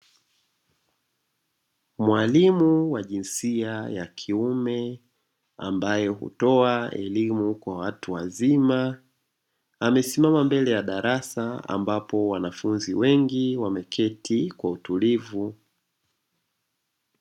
Mwalimu wa jinsia ya kiume ambae hutoa elimu ya watu wazima, amesimama mbele ya darasa ambamo wanafunzi wengi wameketi kwa utulivu.